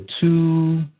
two